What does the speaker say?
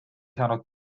saanud